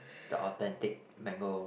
the authentic mango